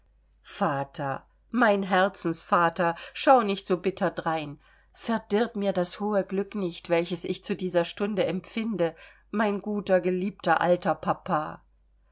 vater mein herzensvater schau nicht so bitter drein verdirb mir das hohe glück nicht welches ich zu dieser stunde empfinde mein guter geliebter alter papa